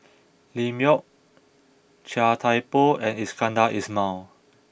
Lim Yau Chia Thye Poh and Iskandar Ismail